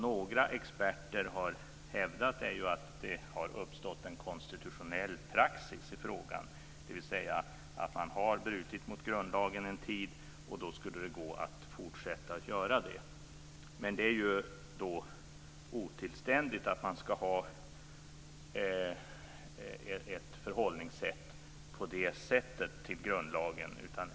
Några experter har hävdat att det har uppstått en konstitutionell praxis i frågan, dvs. att man har brutit mot grundlagen en tid och då skulle det gå att fortsätta att göra det. Men det är ju otillständigt att man ska ha ett förhållningssätt på det sättet till grundlagen.